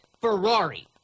Ferrari